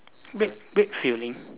big big filling